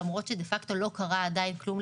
למרות שדה פקטו לא קרה עדיין כלום,